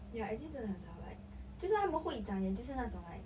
ya actually 真的很少 like 就算他们会讲就是那种 like